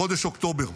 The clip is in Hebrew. בחודש אוקטובר.